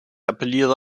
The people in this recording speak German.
appelliere